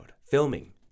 Filming